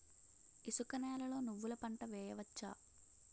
ఇసుక నేలలో నువ్వుల పంట వేయవచ్చా?